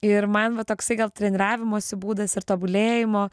ir man va toksai gal treniravimosi būdas ir tobulėjimo